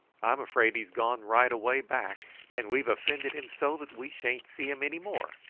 i'm afraid he's gone right away back and we've offended him so that we sha'n't see him any more.